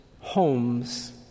homes